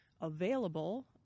Available